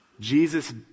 Jesus